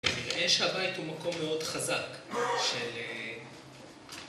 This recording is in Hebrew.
אני רואה שהבית הוא מקום מאוד חזק של...